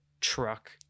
truck